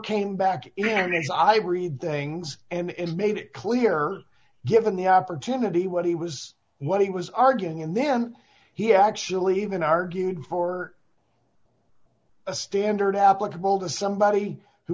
came back and as i read things and made it clear given the opportunity what he was what he was arguing and then he actually even argued for a standard applicable to somebody who